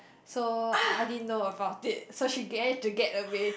so I didn't know about it so she managed to get away